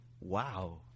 wow